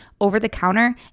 over-the-counter